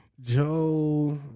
Joe